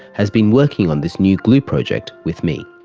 has been working on this new glue project with me.